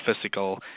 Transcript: physical